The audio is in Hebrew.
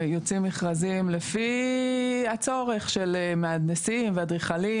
ויוצאים מכרזים לפי הצורך של מהנדסים ואדריכלים.